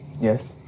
Yes